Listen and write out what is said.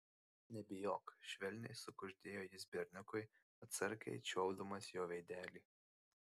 nebijok švelniai sukuždėjo jis berniukui atsargiai čiuopdamas jo veidelį